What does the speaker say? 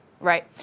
Right